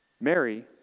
Mary